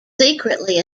secretly